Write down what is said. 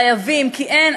חייבים כי אין,